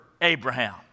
Abraham